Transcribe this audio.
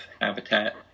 habitat